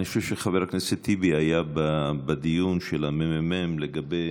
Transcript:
אני חושב שחבר הכנסת טיבי היה בדיון של הממ"מ לגבי